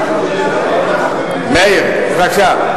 מאיר, בבקשה.